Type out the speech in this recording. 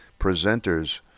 presenters